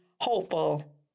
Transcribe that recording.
hopeful